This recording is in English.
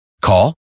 Call